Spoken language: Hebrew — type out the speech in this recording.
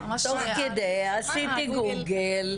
תוך כדי עשיתי גוגל.